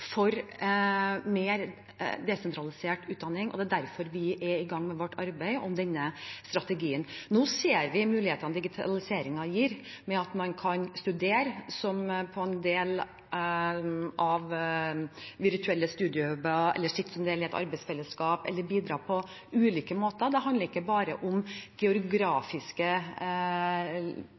for mer desentralisert utdanning, og det er derfor vi er i gang med vårt arbeid med denne strategien. Nå ser vi mulighetene digitaliseringen gir, ved at man kan studere som en del av virtuelle studie-hub-er, eller sitte i et arbeidsfellesskap, eller bidra på ulike måter. Det handler ikke bare om